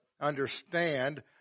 understand